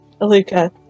Aluka